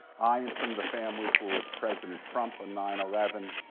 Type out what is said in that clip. i and some of the families were with president trump on nine eleven.